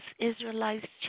Israelites